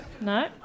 No